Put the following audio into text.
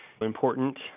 important